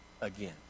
again